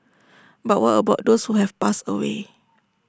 but what about those who have passed away